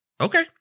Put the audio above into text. Okay